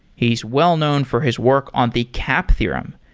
he's well known for his work on the cap theorem,